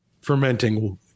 fermenting